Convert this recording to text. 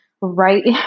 right